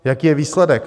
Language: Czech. Jaký je výsledek?